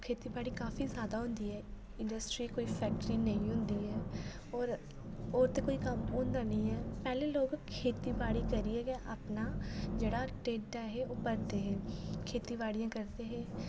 खेतीबाड़ी काफ़ी ज्यादा होंदी ऐ इंडस्ट्री कोई फैक्टरी नेईं होंदी ऐ होर होर ते कोई कम्म होंदा नेईं ऐ पैह्ले लोक खेतीबाड़ी करियै गै अपना जेह्ड़ा ढिड्ढ ऐ हे ओह् भरदे हे खेती बाड़ियां करदे हे